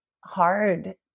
hard